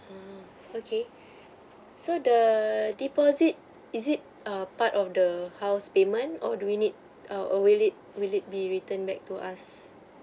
mm okay so the deposit is it a part of the house payment or do we need err will it will it be returned back to us